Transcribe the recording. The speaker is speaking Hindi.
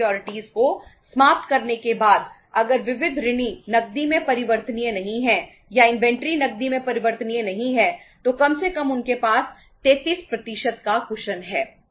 किसी भी समय यदि बैंकों के फंड है